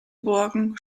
burgen